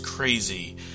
Crazy